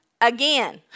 again